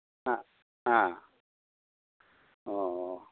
ꯑꯥ ꯑꯥ ꯑꯣ